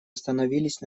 остановились